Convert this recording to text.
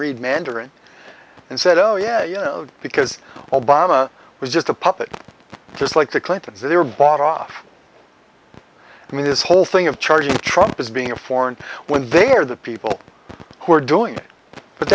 read mandarin and said oh yeah you know because obama was just a puppet just like the clintons they were bought off i mean this whole thing of charging trump as being a foreign when they are the people who are doing it but